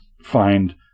find